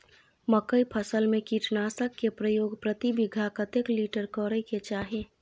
मकई फसल में कीटनासक के प्रयोग प्रति बीघा कतेक लीटर करय के चाही?